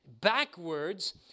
backwards